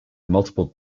multiple